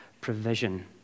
provision